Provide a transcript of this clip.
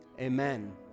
Amen